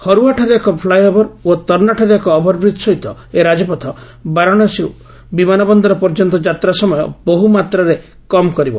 ହରହୁଆଠାରେ ଏକ ଫ୍ଲାଏଓଭର ଓ ତର୍ଷାଠାରେ ଏକ ଓଭର ବ୍ରିଜ୍ ସହିତ ଏହି ରାଜପଥ ବାରାଶାସୀରୁ ବିମାନ ବନ୍ଦର ପର୍ଯ୍ୟନ୍ତ ଯାତ୍ରା ସମୟ ବହୁ ମାତ୍ରାରେ କମ୍ କରିବ